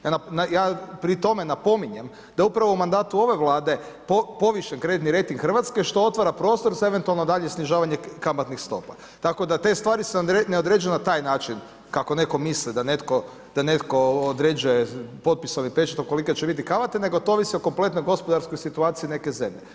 Ja pri tome napominjem da je upravo u mandatu ove Vlade poviše kreditni rejting Hrvatske što otvara prostor za eventualno daljnje snižavanje kamatnih stopa tako da te stvari se ne određuju na taj način kako neko misli da neko određuje potpisom i pečatom kolika će biti kamata nego to ovisi o kompletnoj gospodarskoj situaciji neke zemlje.